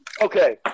Okay